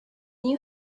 you